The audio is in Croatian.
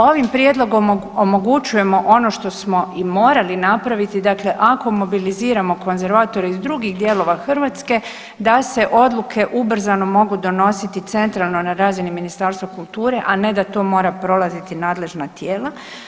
Ovim prijedlogom omogućujemo ono što smo i morali napraviti, dakle ako mobiliziramo konzervatore iz drugih dijelova Hrvatske da se odluke ubrzano mogu donositi centralno na razini Ministarstva kulture, a ne da to mora prolaziti nadležna tijela.